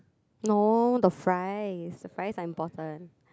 no the fries the fries are important